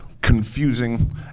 confusing